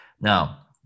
Now